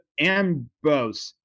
Ambos